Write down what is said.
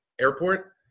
Airport